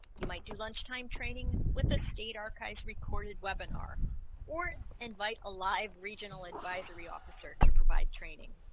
you might do lunchtime training with a state archives recorded webinar or invite a live regional advisory officer to provide training